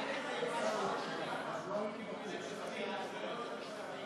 חבר הכנסת מיקי לוי וחבר הכנסת עודד פורר,